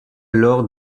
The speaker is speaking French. lors